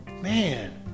man